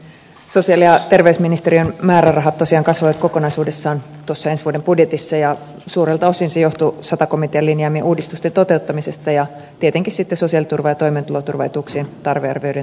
sosiaali ja terveysministeriön määrärahat tosiaan kasvoivat kokonaisuudessaan ensi vuoden budjetissa ja suurelta osin se johtui sata komitean linjaamien uudistusten toteuttamisesta ja tietenkin sosiaaliturva ja toimeentuloturvaetuuksien tarvearvioiden tarkistuksista